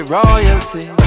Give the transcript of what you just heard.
royalty